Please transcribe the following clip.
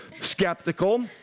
skeptical